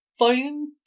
Volume